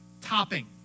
Topping